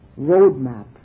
roadmap